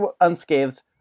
unscathed